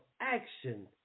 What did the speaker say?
action